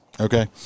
okay